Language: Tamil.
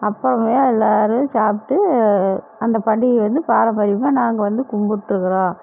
அப்போவே எல்லோரும் சாப்பிட்டு அந்தப் பண்டிகையை வந்து பாரம்பரியமாக நாங்கள் வந்து கும்பிட்டுக்குறோம்